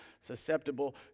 susceptible